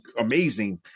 amazing